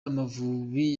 amavubi